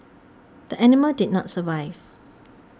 the animal did not survive